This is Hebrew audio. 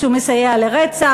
שהוא מסייע לרצח,